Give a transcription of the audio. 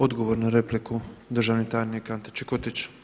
Odgovor na repliku državni tajnik Ante Čikotić.